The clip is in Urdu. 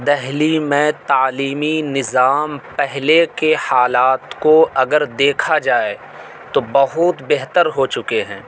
دہلی میں تعلیمی نظام پہلے کے حالات کو اگر دیکھا جائے تو بہت بہتر ہو چکے ہیں